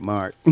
Mark